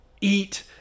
eat